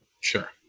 Sure